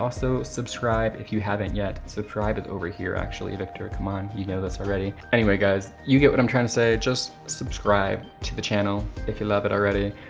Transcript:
also subscribe if you haven't yet, subscribe it over here actually, victor, come on you know this already. anyway guys, you get what i'm trying to say, just subscribe to the channel if you love it already.